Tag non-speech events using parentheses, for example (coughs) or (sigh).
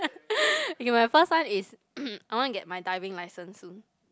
(laughs) okay my first one is (coughs) I want to get my diving licence soon